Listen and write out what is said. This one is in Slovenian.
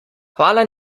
hvala